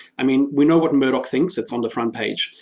i mean, we know what murdoch thinks it's on the front page.